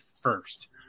first